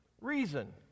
reason